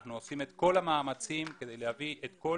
אנחנו עושים את כל המאמצים כדי להביא את כל